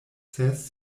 ses